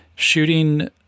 shooting